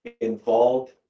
involved